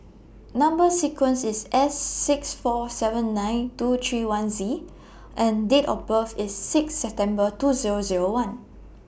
Number sequence IS S six four seven nine two three one Z and Date of birth IS six September two Zero Zero one